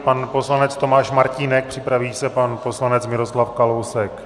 Pan poslanec Tomáš Martínek, připraví se pan poslanec Miroslav Kalousek.